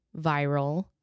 viral